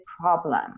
problem